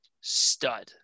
Stud